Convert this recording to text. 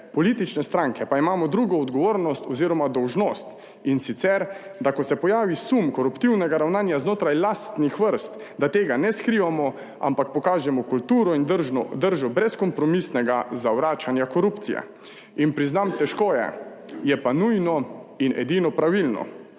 Politične stranke pa imamo drugo odgovornost oziroma dolžnost, in sicer, da ko se pojavi sum koruptivnega ravnanja znotraj lastnih vrst, da tega ne skrivamo, ampak pokažemo kulturo in držo brezkompromisnega zavračanja korupcije. In priznam, težko je, je pa nujno in edino pravilno.